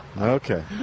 Okay